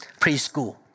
preschool